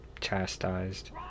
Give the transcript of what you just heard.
chastised